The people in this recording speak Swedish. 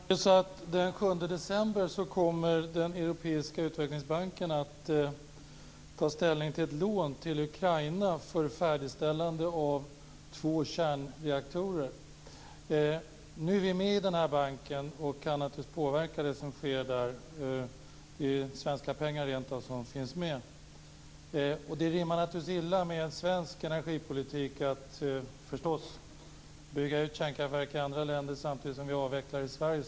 Herr talman! Den 7 december kommer Europeiska utvecklingsbanken att ta ställning till ett lån till Ukraina för färdigställandet av två kärnreaktorer. Vi är ju med i den banken och kan naturligtvis påverka det som sker - det är rentav svenska pengar som finns med här. Men det rimmar förstås illa med svensk energipolitik att bygga ut kärnkraftverk i andra länder, samtidigt som vi avvecklar i Sverige.